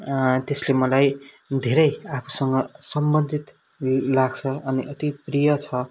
त्यसले मलाई धेरै आफूसँग सम्बन्धित लाग्छ अनि अति प्रिय छ